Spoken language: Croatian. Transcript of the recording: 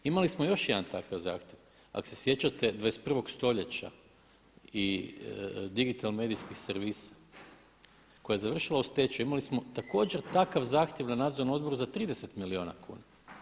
Imali smo još jedan takav zahtjev, ak se sjećate 21. stoljeća i digitalnih medicinskih servisa, koja je završila u stečaju imali smo također takav zahtjev na nadzornom odboru za 30 milijuna kuna.